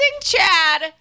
Chad